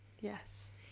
Yes